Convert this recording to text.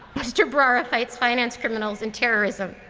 mr. bharara fights finance criminals and terrorism.